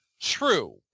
true